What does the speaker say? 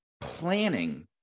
Planning